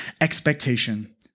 expectation